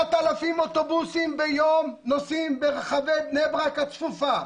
7,000 אוטובוסים ביום נוסעים ברחבי בני ברק הצפופה.